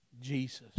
Jesus